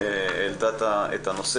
שהעלתה את הנושא.